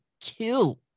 kill